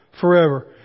forever